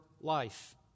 life